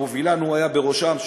אבו וילן היה בראשם,